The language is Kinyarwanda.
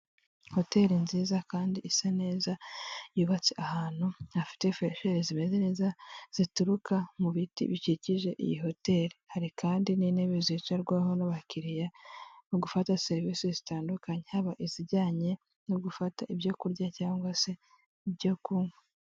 Hoteli nziza kandi isa neza, yubatswe ahantu hafite furesheri zimeze neza zituruka mu biti bikikije. Iyi hotel hari kandi n' intebe zicarwaho n'abakiriya mu gufata serivisi zitandukanye, haba izijyanye no gufata ibyo kurya cyangwa se ibyo kunywa.